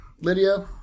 Lydia